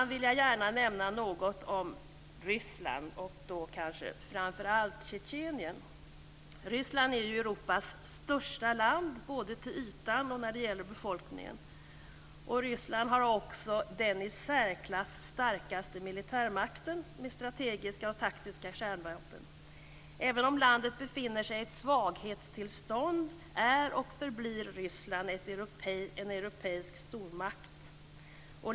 Jag vill gärna nämna något om Ryssland och då kanske framför allt om Tjetjenien. Ryssland är ju Europas största land både till ytan och befolkningsmässigt. Ryssland har också den i särklass starkaste militärmakten, med strategiska och taktiska kärnvapen. Även om landet befinner sig i ett svaghetstillstånd är, och förblir, Ryssland en europeisk stormakt.